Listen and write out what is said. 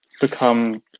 become